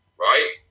right